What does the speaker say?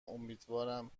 امیدوارم